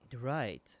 Right